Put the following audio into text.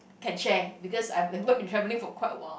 can share because I I haven't been travelling for quite a while